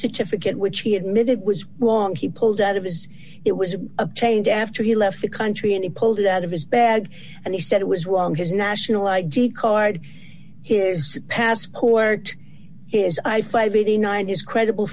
certificate which he admitted was wrong he pulled out of his it was obtained after he left the country and he pulled it out of his bag and he said it was wrong his national id card is suppose corked is eyesight eighty nine is credible